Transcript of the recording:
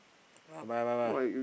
ah bye bye bye